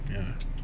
ya